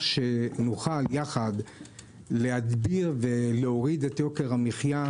שנוכל יחד להדביר ולהוריד את יוקר המחיה,